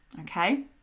Okay